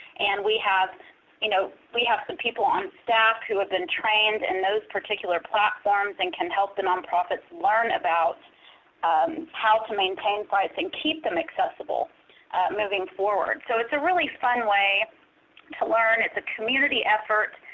and we have you know we have some people on staff who have been trained in those particular platforms, and can help the nonprofits learn about how to maintain sites and keep them accessible moving forward. so it's a really fun way to learn. it's a community effort.